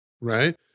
Right